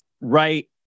right